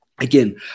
Again